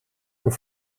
een